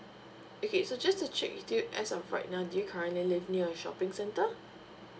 okay so just to check with you as of right now do you currently live near a shopping center